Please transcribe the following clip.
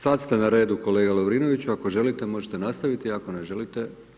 Sad ste na redu kolega Lovrinović, ako želite možete nastaviti, ako ne želite?